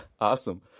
awesome